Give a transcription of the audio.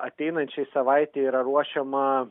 ateinančiai savaitei yra ruošiama